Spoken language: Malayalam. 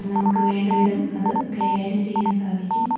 നമുക്ക് വേണ്ട വിധം അത് കൈകാര്യം ചെയ്യാനും സാധിക്കും